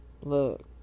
look